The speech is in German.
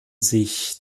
sich